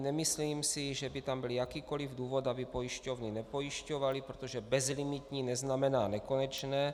Nemyslím si, že by tam byl jakýkoliv důvod, aby pojišťovny nepojišťovaly, protože bezlimitní neznamená nekonečné.